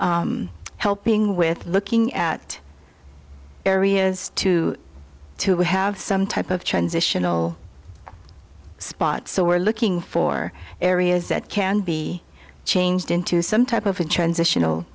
into helping with looking at areas to to have some type of transitional spot so we're looking for areas that can be changed into some type of a transitional